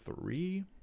three